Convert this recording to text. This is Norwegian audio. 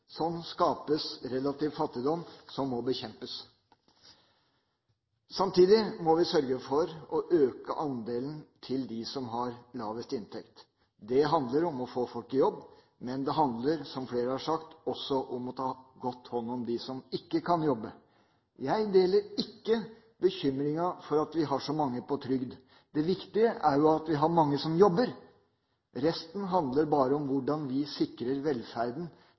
Sånn skapes relativ fattigdom, som må bekjempes. Samtidig må vi sørge for å øke andelen til dem som har lavest inntekt. Det handler om å få folk i jobb, men det handler, som flere har sagt, også om å ta godt hånd om dem som ikke kan jobbe. Jeg deler ikke bekymringen for at vi har så mange på trygd. Det viktige er jo at vi har mange som jobber. Resten handler bare om hvordan vi sikrer velferden